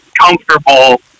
comfortable